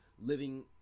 living